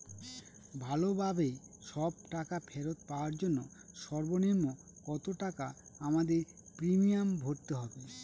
ভালোভাবে সব টাকা ফেরত পাওয়ার জন্য সর্বনিম্ন কতটাকা আমায় প্রিমিয়াম ভরতে হবে?